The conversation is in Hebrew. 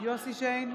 יוסף שיין,